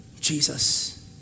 Jesus